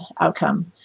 outcome